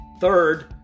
third